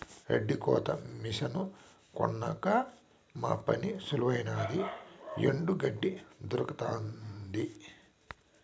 గెడ్డి కోత మిసను కొన్నాక మా పని సులువైనాది ఎండు గెడ్డే దొరకతండాది